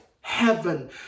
heaven